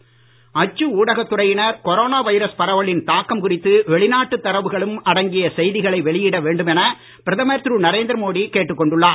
மோடி ஊடகம் அச்சு ஊடகத் துறையினர் கொரோனா வைரஸ் பரவலின் தாக்கம் வெளிநாட்டு தரவுகளும் அடங்கிய செய்திகளை வெளியிட குறித்து வேண்டும் என பிரதமர் திரு நரேந்திரமோடி கேட்டுக் கொண்டுள்ளார்